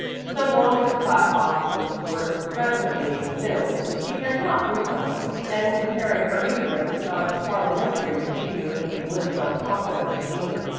so long as the class offices were creditably filled she cared not who held them, and comparing her ignorance of parliamentary procedure with the glib self-confidence of jean,